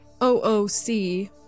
OOC